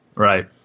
Right